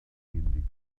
been